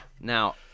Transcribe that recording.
Now